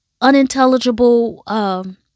unintelligible